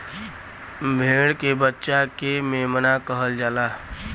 भेड़ के बच्चा के मेमना कहल जाला